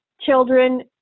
children